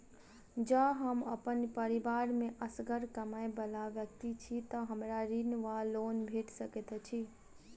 जँ हम अप्पन परिवार मे असगर कमाई वला व्यक्ति छी तऽ हमरा ऋण वा लोन भेट सकैत अछि?